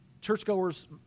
Churchgoers